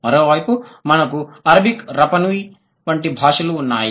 మరోవైపు మనకు Arabic Rapa Nui వంటి భాషలు ఉన్నాయి